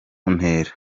ntera